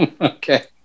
Okay